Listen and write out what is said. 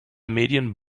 medien